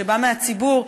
שבא מהציבור,